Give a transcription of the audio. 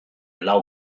lau